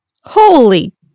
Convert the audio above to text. Holy